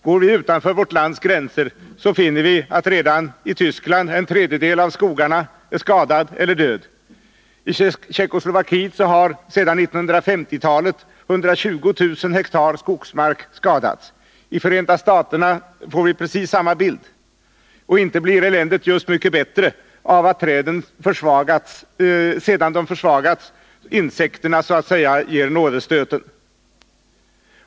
Går vi utanför vårt lands gränser finner vi att redan i Tyskland mer än en tredjedel av skogen är skadad eller död. I Tjeckoslovakien har sedan 1950-talet 120 000 hektar skogsmark skadats. I Förenta staterna får vi precis samma bild. Och inte blir eländet just mycket bättre av att sedan träden försvagats insekterna så att säga ger dem nådastöten.